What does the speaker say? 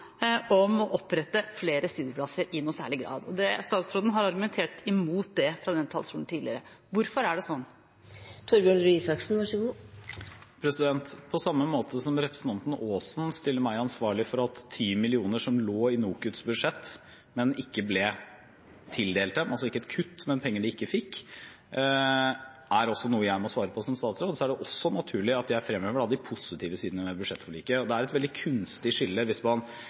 å opprette flere studieplasser i noen særlig grad. Statsråden har argumentert mot det fra denne talerstolen tidligere. Spørsmålet er da: Hvorfor er det sånn? På samme måte som representanten Aasen stiller meg ansvarlig for at 10 mill. kr som lå i NOKUTs budsjett, ikke ble tildelt dem – altså ikke et kutt, men penger de ikke fikk, og noe jeg må svare for som statsråd – er det også naturlig at jeg fremhever de positive sidene ved budsjettforliket. Det er et veldig kunstig skille hvis man